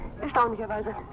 erstaunlicherweise